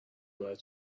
باید